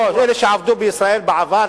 אלה שעבדו בישראל בעבר.